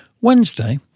Wednesday